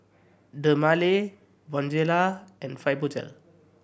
Dermale Bonjela and Fibogel